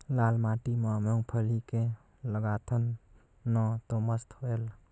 लाल माटी म मुंगफली के लगाथन न तो मस्त होयल?